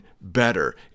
better